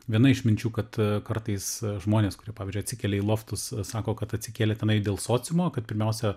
viena iš minčių kad kartais žmonės kurie pavyzdžiui atsikelia į loftus sako kad atsikėlė tenai dėl sociumo kad pirmiausia